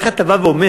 איך אתה בא ואומר,